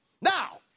Now